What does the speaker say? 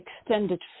extended